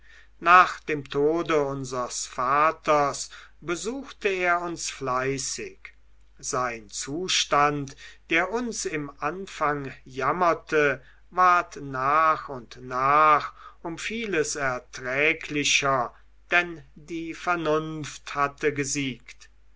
nach dem tode unsers vaters besuchte er uns fleißig sein zustand der uns im anfang jammerte ward nach und nach um vieles erträglicher denn die vernunft hatte gesiegt